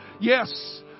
Yes